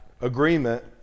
agreement